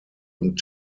und